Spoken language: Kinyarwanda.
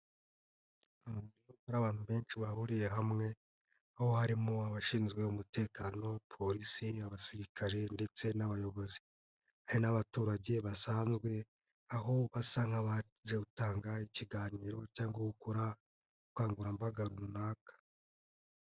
Hari abantu benshi bahuriye hamwe, aho harimo abashinzwe umutekano polisi abasirikare ndetse n'abayobozi, hari n'abaturage basanzwe aho basa nk'abaje gutanga ikiganiro cyangwa gukora ubukangurambaga runaka.